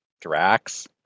Drax